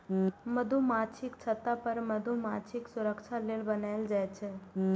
मधुमाछीक छत्ता मधुमाछीक सुरक्षा लेल बनाएल जाइ छै